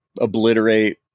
obliterate